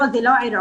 לא, זה לא ערעור.